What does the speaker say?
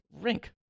Rink